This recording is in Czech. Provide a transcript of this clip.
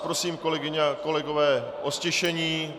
Prosím vás, kolegyně a kolegové, o ztišení.